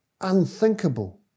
unthinkable